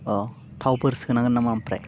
औ थावफोर सोनांगोन नामा ओमफ्राय